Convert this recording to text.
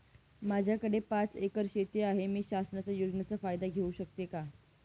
माझ्याकडे पाच एकर शेती आहे, मी शासनाच्या योजनेचा फायदा घेऊ शकते का?